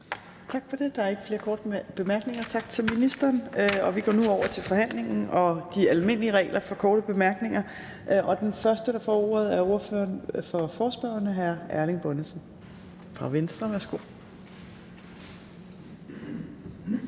Tak for det. Der er ikke flere korte bemærkninger. Tak til ministeren. Og vi går nu over til forhandlingen og de almindelige regler for korte bemærkninger. Den første, der får ordet, er ordføreren for forespørgerne, hr. Erling Bonnesen fra Venstre.